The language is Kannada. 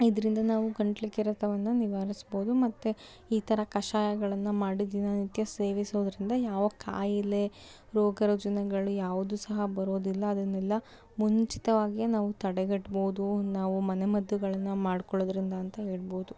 ಇದರಿಂದ ನಾವು ಗಂಟ್ಲು ಕೆರೆತವನ್ನು ನಿವಾರಿಸ್ಬೋದು ಮತ್ತು ಈ ಥರ ಕಷಾಯಗಳನ್ನು ಮಾಡಿ ದಿನನಿತ್ಯ ಸೇವಿಸೋದರಿಂದ ಯಾವ ಕಾಯಿಲೆ ರೋಗರುಜಿನಗಳು ಯಾವುದೂ ಸಹ ಬರೋದಿಲ್ಲ ಅದನ್ನೆಲ್ಲ ಮುಂಚಿತವಾಗಿಯೇ ನಾವು ತಡೆಗಟ್ಬೋದು ನಾವು ಮನೆಮದ್ದುಗಳನ್ನ ಮಾಡ್ಕೊಳೋದರಿಂದ ಅಂತ ಹೇಳ್ಬೋದು